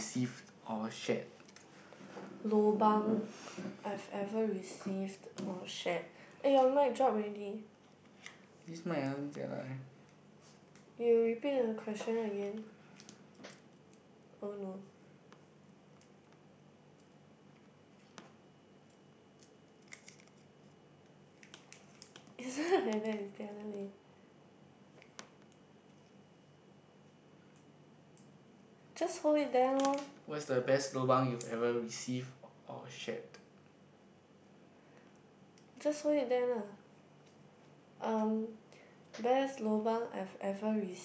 received or shared